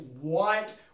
white